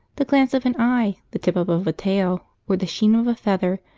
the glance of an eye, the tip up of a tail, or the sheen of a feather,